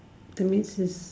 that means is